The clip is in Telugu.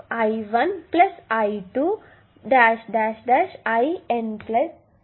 IN 1 మొత్తం కూడికగా వ్రాయవచ్చు